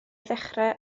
ddechrau